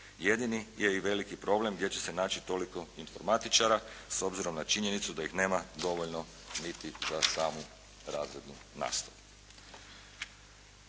Jedini je i veliki problem gdje će se naći toliko informatičara s obzirom na činjenicu da ih nema dovoljno za samo razrednu nastavu.